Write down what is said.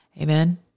Amen